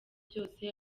byose